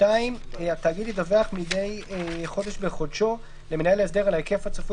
(2)התאגיד ידווח מידי חודש בחודשו למנהל ההסדר על ההיקף הצפוי